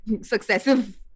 successive